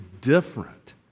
different